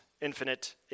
infinite